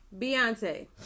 Beyonce